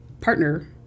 partner